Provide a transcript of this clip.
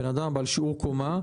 אדם בעל שיעור קומה,